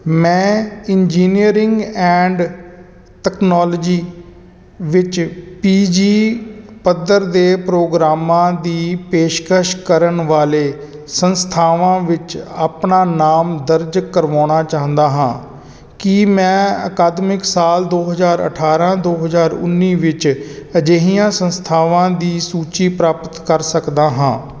ਮੈਂ engineering and technology ਵਿੱਚ P G ਪੱਧਰ ਦੇ ਪ੍ਰੋਗਰਾਮਾਂ ਦੀ ਪੇਸ਼ਕਸ਼ ਕਰਨ ਵਾਲੇ ਸੰਸਥਾਵਾਂ ਵਿੱਚ ਆਪਣਾ ਨਾਮ ਦਰਜ ਕਰਵਾਉਣਾ ਚਾਹੁੰਦਾ ਹਾਂ ਕੀ ਮੈਂ ਅਕਾਦਮਿਕ ਸਾਲ ਦੋ ਹਜ਼ਾਰ ਅਠਾਰ੍ਹਾਂ ਦੋ ਹਜ਼ਾਰ ਉੱਨੀ ਵਿੱਚ ਅਜਿਹੀਆਂ ਸੰਸਥਾਵਾਂ ਦੀ ਸੂਚੀ ਪ੍ਰਾਪਤ ਕਰ ਸਕਦਾ ਹਾਂ